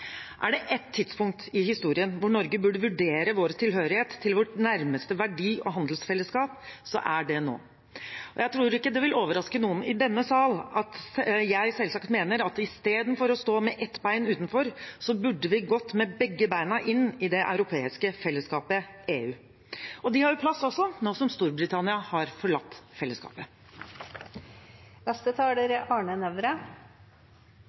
Er det ett tidspunkt i historien hvor Norge burde vurdere vår tilhørighet til vårt nærmeste verdi- og handelsfellesskap, er det nå. Jeg tror ikke det vil overraske noen i denne sal at jeg selvsagt mener at i stedet for å stå med ett bein utenfor, burde vi gått med begge beina inn i det europeiske fellesskapet, EU. De har jo plass også, nå som Storbritannia har forlatt fellesskapet.